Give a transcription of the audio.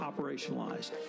operationalized